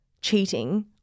cheating